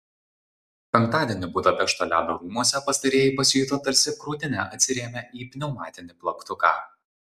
penktadienį budapešto ledo rūmuose pastarieji pasijuto tarsi krūtine atsirėmę į pneumatinį plaktuką